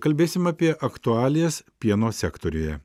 kalbėsim apie aktualijas pieno sektoriuje